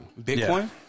Bitcoin